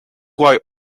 why